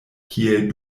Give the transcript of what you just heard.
kiel